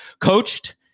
coached